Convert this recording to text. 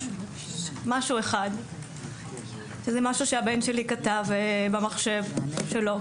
משהו שהבן שלי כתב במחשב שלו,